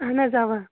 اہن حظ آ